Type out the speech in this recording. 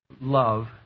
love